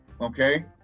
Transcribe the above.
okay